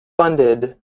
funded